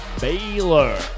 Baylor